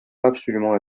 absolument